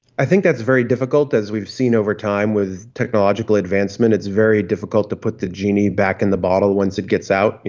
i think that's very difficult. as we've seen over time with technological advancement it's very difficult to put the genie back in the bottle once it gets out. you